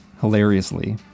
hilariously